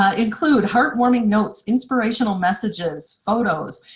ah include heartwarming notes, inspirational messages, photos,